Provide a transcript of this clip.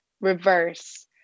reverse